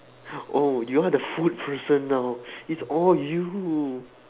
oh you are the food person now it's all you